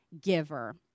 giver